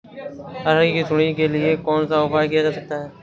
अरहर की सुंडी के लिए कौन सा उपाय किया जा सकता है?